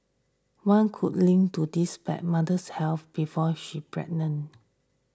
one could link to this back mother's health before she pregnant